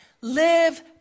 Live